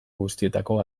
guztietako